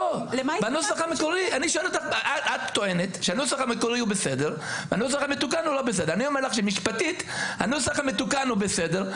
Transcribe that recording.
את טוענת שהנוסח המקורי הוא בסדר והנוסח המתוקן הוא לא בסדר.